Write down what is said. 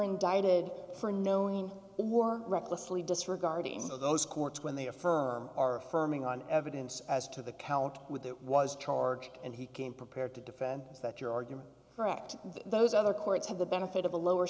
indicted for knowing more recklessly disregarding of those courts when they affirm our affirming on evidence as to the count with that was charged and he came prepared to defend is that your argument for ect those other courts have the benefit of a lower